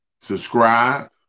subscribe